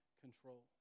control